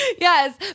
Yes